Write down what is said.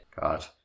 God